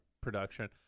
production